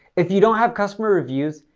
if you don't have customer reviews,